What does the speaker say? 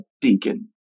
Deacon